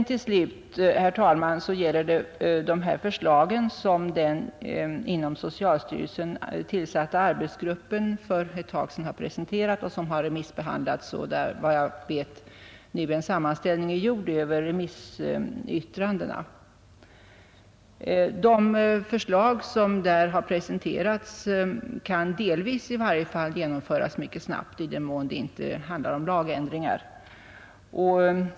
Till slut, herr talman, gäller det de förslag som den inom socialstyrelsen tillsatta arbetsgruppen för ett tag sedan har presenterat och som har remissbehandlats. Enligt vad jag vet är också en sammanställning gjord över remissyttrandena. De förslag som här har framlagts kan i varje fall delvis genomföras mycket snabbt, i den mån det inte handlar om lagändringar.